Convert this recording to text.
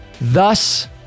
Thus